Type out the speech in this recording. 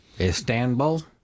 Istanbul